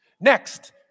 Next